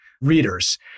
readers